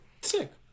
Sick